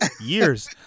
years